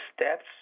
steps